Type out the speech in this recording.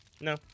No